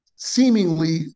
seemingly